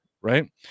Right